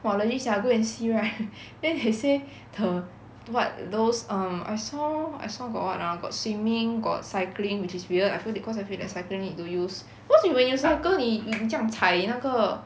!wah! legit sia go and see right then they say the what those um I saw I saw got what ah got swimming got cycling which is weird I feel that cause I feel that cycling need to use cause you when you 你你这样踩那个